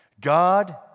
God